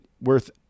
worth